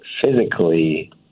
physically